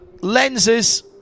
lenses